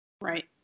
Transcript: Right